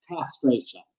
castration